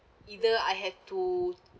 either I had to